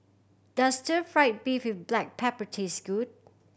does stir fried beef with black pepper taste good